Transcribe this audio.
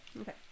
Okay